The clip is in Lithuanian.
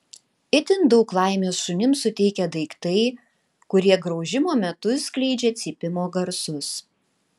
itin daug laimės šunims suteikia daiktai kurie graužimo metu skleidžia cypimo garsus